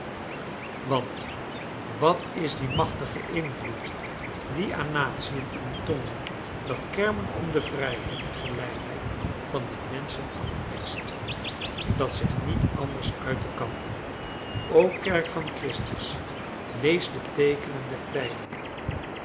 want wat is die machtige invloed die aan natiën en tongen dat kermen om de vrijheid en gelijkheid van de menschen afperst dat zich niet anders uiten kan o kerk van christus lees de teekenen der tijden